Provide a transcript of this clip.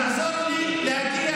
תעזור לי קודם להגיע